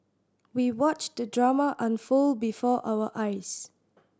we watched the drama unfold before our eyes